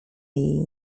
jej